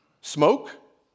Smoke